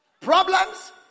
Problems